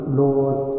laws